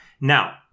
Now